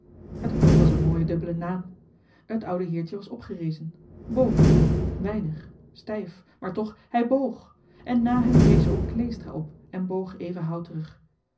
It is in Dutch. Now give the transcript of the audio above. het klonk als een mooie dubbele naam het oude heertje was opgerezen boog weinig stijf maar toch hij boog en nà hem rees ook kleestra op en boog even houterig